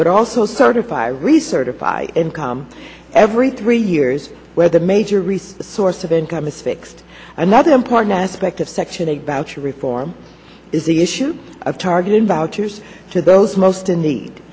would also certify recertify income every three years where the major research source of income is fixed another important aspect of section eight voucher reform is the issue of targeted boucher's to those most in need